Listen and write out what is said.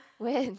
where's